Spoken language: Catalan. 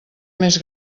més